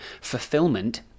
fulfillment